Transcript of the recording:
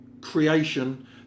creation